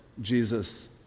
Jesus